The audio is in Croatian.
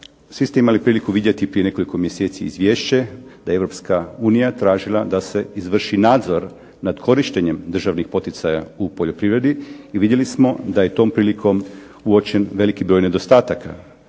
svi ste imali priliku vidjeti prije nekoliko mjeseci izvješće da je Europska unija tražila da se izvrši nadzor nad korištenjem državnih poticaja u poljoprivredi. I vidjeli smo da je tom prilikom uočen veliki broj nedostataka,